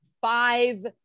five